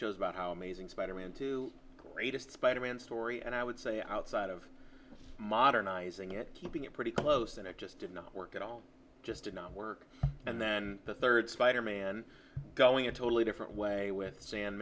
shows about how amazing spider man two greatest spider man story and i would say outside of modernizing it keeping it pretty close and it just did not work at all just did not work and then the third spider man going a totally different way with san